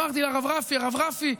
אמרתי לרב רפי: הרב רפי,